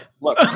Look